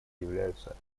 являются